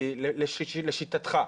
לשיטתך.